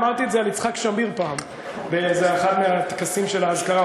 אמרתי את זה על יצחק שמיר פעם באחד מטקסי האזכרה.